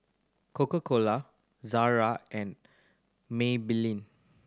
Coca Cola Zara and Maybelline